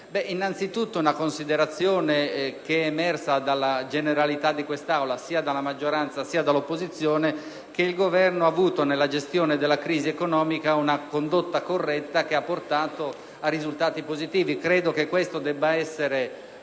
Innanzitutto, una considerazione emersa dalla generalità dell'Assemblea, sia dalla maggioranza sia dall'opposizione, ossia che il Governo ha avuto nella gestione della crisi economica una condotta corretta che ha portato a risultati positivi. Credo che debba essere